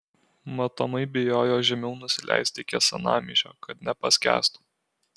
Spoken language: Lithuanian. matomai bijojo žemiau nusileisti iki senamiesčio kad nepaskęstų